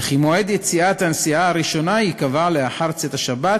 ומועד יציאת הנסיעה הראשונה ייקבע לאחר צאת השבת,